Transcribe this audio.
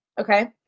okay